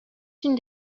une